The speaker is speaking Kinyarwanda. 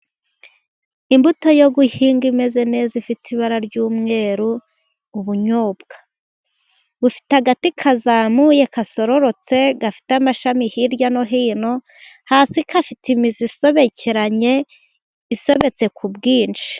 Imbuto yo guhinga imeze neza, ifite ibara ry'umweru, ubunyobwa. Bufite agati kazamuye, gasororotse, gafite amashami hirya no hino, hasi gafite imizi isobekeranye, isobetse ku bwinshi.